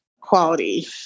quality